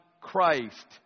Christ